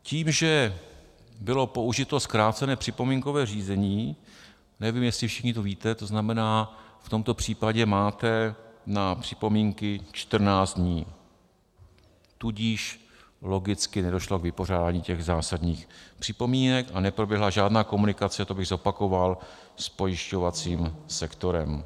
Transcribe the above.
Tím, že bylo použito zkrácené připomínkové řízení, nevím, jestli to všichni víte, to znamená, v tomto případě máte na připomínky 14 dní, tudíž logicky nedošlo k vypořádání těch zásadních připomínek a neproběhla žádná komunikace, a to bych zopakoval, s pojišťovacím sektorem.